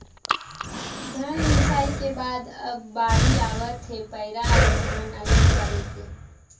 धन मिंसई के बाद अब बाड़ी आवत हे पैरा अउ धान अलग करे के